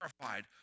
terrified